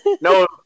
No